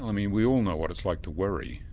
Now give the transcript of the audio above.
um and we all know what it's like to worry.